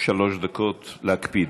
שלוש דקות, להקפיד.